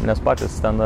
nes patys ten